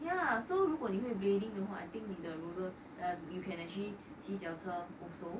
ya so 如果你会 blading 的话 I think 你的 roller and you can actually 骑脚车:qi jiaoe che also